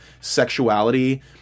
sexuality